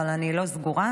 אבל אני לא סגורה.